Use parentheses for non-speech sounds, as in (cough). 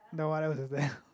then what else is there (breath)